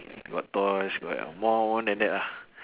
got toys got more than that lah